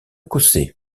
cossé